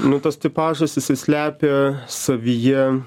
nu tas tipažas jisai slepia savyje